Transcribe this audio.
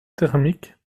thermique